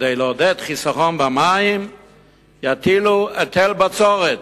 כדי לעודד חיסכון במים יטילו היטל בצורת.